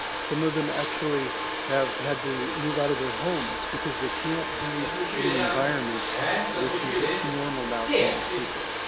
some of them actually have had to move out of their homes because they can't be in an environment which is normal now for most people.